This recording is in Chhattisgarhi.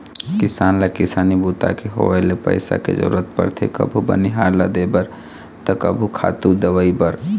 किसान ल किसानी बूता के होवत ले पइसा के जरूरत परथे कभू बनिहार ल देबर त कभू खातू, दवई बर